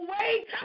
wait